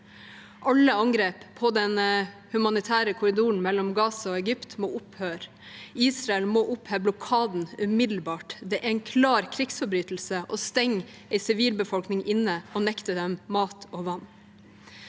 Alle angrep på den humanitære korridoren mellom Gaza og Egypt må opphøre. Israel må oppheve blokaden umiddelbart. Det er en klar krigsforbrytelse å stenge en sivilbefolkning inne og nekte dem mat og vann.